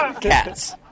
cats